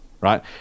right